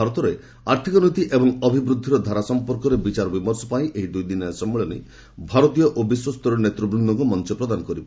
ଭାରତରେ ଆର୍ଥକ ନୀତି ଏବଂ ଅଭିବୃଦ୍ଧିର ଧାରା ସମ୍ପର୍କରେ ବିଚାର ବିମର୍ଶ ପାଇଁ ଏହି ଦୁଇଦିନିଆ ସମ୍ମିଳନୀ ଭାରତୀୟ ଓ ବିଶ୍ୱସରୀୟ ନେତୃବୃନ୍ଦଙ୍କୁ ମଞ୍ଚ ପ୍ରଦାନ କରିବ